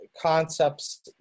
concepts